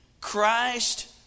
Christ